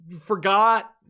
forgot